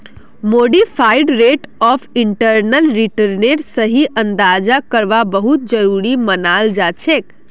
modified rate of internal रिटर्नेर सही अंदाजा करवा बहुत जरूरी मनाल जाछेक